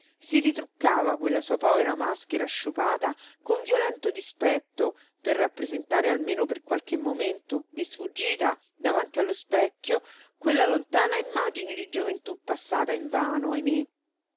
si ritruccava quella sua povera maschera sciupata con violento dispetto per rappresentare almeno per qualche momento di sfuggita davanti allo specchio quella lontana immagine di gioventù passata invano